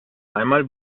einmal